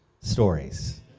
stories